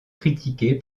critiquée